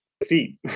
defeat